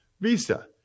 Visa